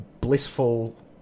blissful